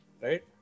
right